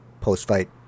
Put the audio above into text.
post-fight